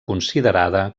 considerada